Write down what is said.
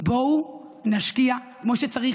בואו נשקיע כמו שצריך.